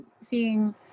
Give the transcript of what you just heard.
seeing